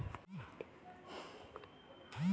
আমি ডেভিড ও credit card কি কিভাবে ব্যবহার করব?